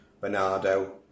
Bernardo